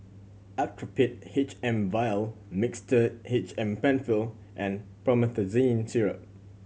Actrapid H M Vial Mixtard H M Penfill and Promethazine Syrup